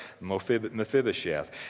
Mephibosheth